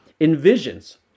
envisions